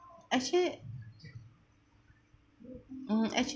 actually mm actually